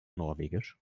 norwegisch